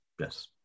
Yes